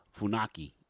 Funaki